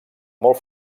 molt